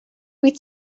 wyt